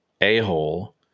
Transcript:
a-hole